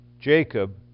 Jacob